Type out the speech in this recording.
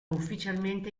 ufficialmente